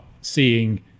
seeing